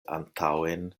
antaŭen